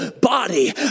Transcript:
body